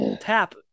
tap